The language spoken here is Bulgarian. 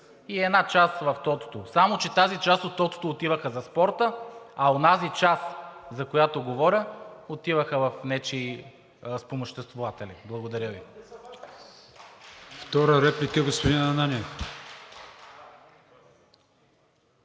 и една част в тотото. Само че тази част от тотото отиваха за спорта, а онази част, за която говоря, отиваха в нечии спомоществователи. Благодаря Ви.